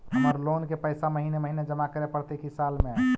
हमर लोन के पैसा महिने महिने जमा करे पड़तै कि साल में?